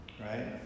right